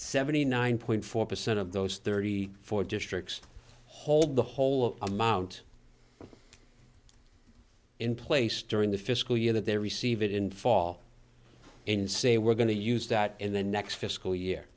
seventy nine point four percent of those thirty four districts hold the whole amount in place during the fiscal year that they receive it in fall and say we're going to use that in the next fiscal year